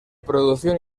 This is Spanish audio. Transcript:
producción